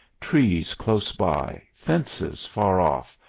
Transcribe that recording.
trees close by, fences far off,